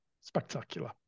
Spectacular